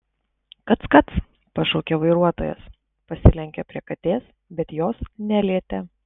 kac kac pašaukė vairuotojas pasilenkė prie katės bet jos nelietė